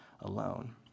alone